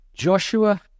Joshua